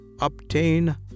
obtain